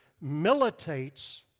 militates